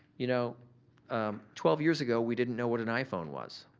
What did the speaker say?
you know twelve years ago we didn't know what an iphone was,